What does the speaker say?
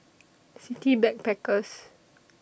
City Backpackers